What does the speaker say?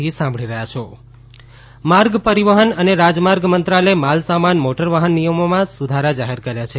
motor વાહન નિયમ માર્ગ પરિવહન અને રાજમાર્ગ મંત્રાલયે માલસામાન મોટર વાહન નિયમોમાં સુધારા જાહેર કર્યા છે